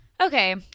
Okay